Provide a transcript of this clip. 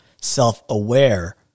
self-aware